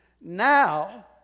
now